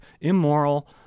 immoral